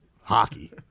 Hockey